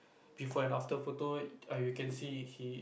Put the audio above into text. before and after photo err you can see he